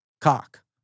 cock